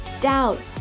doubt